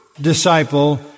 disciple